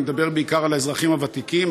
אני מדבר בעיקר על האזרחים הוותיקים,